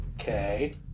Okay